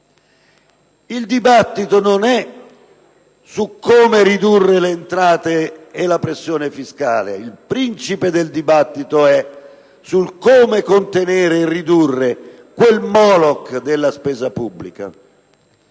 Il dibattito non è su come ridurre le entrate e la pressione fiscale. Tema principe del dibattito è come contenere e ridurre quel Moloch della spesa pubblica.